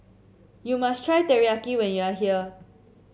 you must try Teriyaki when you are here